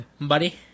buddy